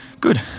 Good